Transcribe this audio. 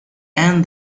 and